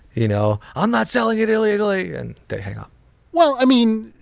you know i'm not selling it illegally and they hang up well, i mean,